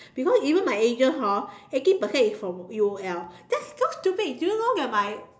because even my agents hor eighty percent is from U_O_L that's so stupid do you know that my